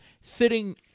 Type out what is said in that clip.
sitting